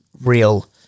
real